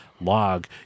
log